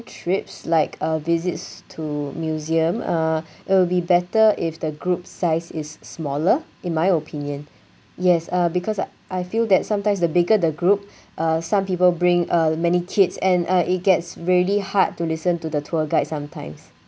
trips like uh visits to museum uh it will be better if the group size is smaller in my opinion yes uh because I feel that sometimes the bigger the group uh some people bring uh many kids and uh it gets really hard to listen to the tour guide sometimes